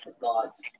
thoughts